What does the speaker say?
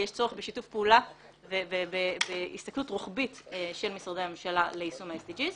ויש צורך בשיתוף פעולה ובהסתכלות רוחבית של משרדי הממשלה ליישום ה-SDGs.